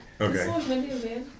Okay